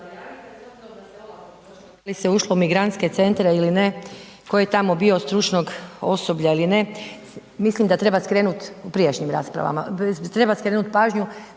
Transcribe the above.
se olako ušlo u migrantske centre ili ne, tko je tamo bio od stručnog osoblja ili ne, mislim da treba skrenut u